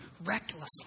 recklessly